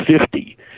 fifty